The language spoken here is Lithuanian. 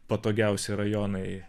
patogiausi rajonai